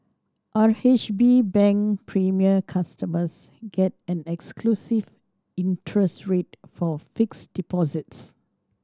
R H B Bank Premier customers get an exclusive interest rate for fixed deposits